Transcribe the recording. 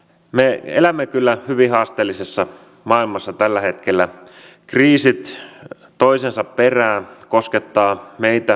työllistämis ja palkkatukimäärärahoista leikkaaminen tarkoittaa että ensi vuonna harvempi pitkäaikais ja nuorisotyötön pääsee töihin